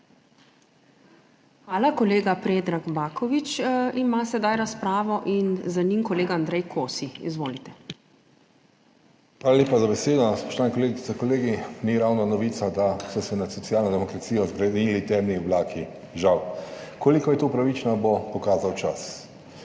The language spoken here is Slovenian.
Hvala. Kolega Predrag Baković ima sedaj razpravo in za njim kolega Andrej Kosi. Izvolite. **PREDRAG BAKOVIĆ (PS SD):** Hvala lepa za besedo. Spoštovane kolegice, kolegi. Ni ravno novica, da so se nad Socialno demokracijo zgrnili temni oblaki. Žal. Koliko je to pravično, bo pokazal čas.